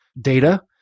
data